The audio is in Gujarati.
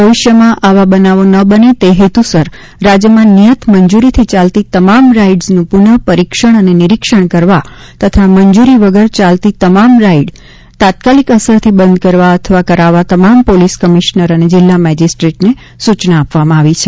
ભવિષ્યમાં આવા બનાવો ન બને તે હેતુસર રાજ્યમાં નિયત મંજૂરીથી ચાલતી તમામ રાઇડ્ઝનું પુનઃ પરિક્ષણ અને નિરીક્ષણ કરવા તથા મંજૂરી વગર ચાલતી તમામ રાઇડ્ઝ તાત્કાલિક અસરથી બંધ કરવા અથવા કરાવવા તમામ પોલીસ કમિશ્રર અને જિલ્લા મેજીસ્ટ્રેટને સૂચના આપવામાં આવી છે